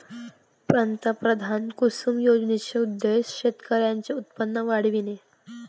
पंतप्रधान कुसुम योजनेचा उद्देश शेतकऱ्यांचे उत्पन्न वाढविणे